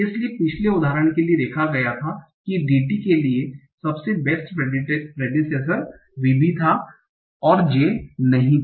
इसलिए पिछले उदाहरण के लिए देखा गया था कि DT के लिए सबसे बेस्ट प्रेडिसेसर VB था और J नहीं था